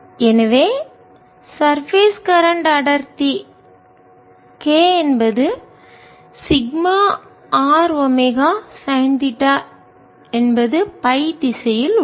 எனவே சர்பேஸ் மேற்பரப்பு கரண்ட்மின்னோட்டம் அடர்த்தி K என்பது sigma r omega sine theta என்பது பை திசையில் உள்ளது